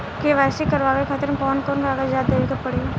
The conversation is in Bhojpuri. के.वाइ.सी करवावे खातिर कौन कौन कागजात देवे के पड़ी?